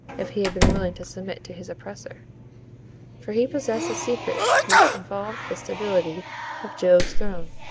if he had been willing to submit to his oppressor for he possessed a secret which involved the stability of jove's throne,